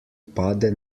pade